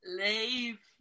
leave